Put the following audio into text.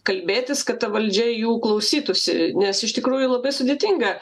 kalbėtis kad ta valdžia jų klausytųsi nes iš tikrųjų labai sudėtinga